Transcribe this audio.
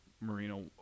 Marino